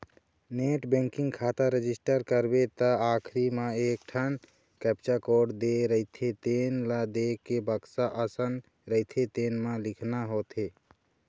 net banking खाता register करबे त आखरी म एकठन कैप्चा कोड दे रहिथे तेन ल देखके बक्सा असन रहिथे तेन म लिखना होथे